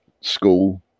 school